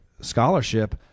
scholarship